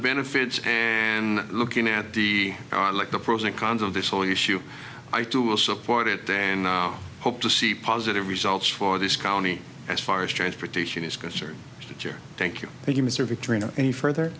benefits and looking at the are like the pros and cons of this whole issue i too will support it then hope to see positive results for this county as far as transportation is concerned that year thank you thank you mr victory in any further